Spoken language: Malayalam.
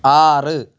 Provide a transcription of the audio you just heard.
ആറ്